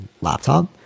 laptop